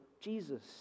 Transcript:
Jesus